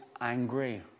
angry